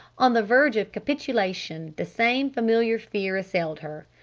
on the verge of capitulation the same familiar fear assailed her.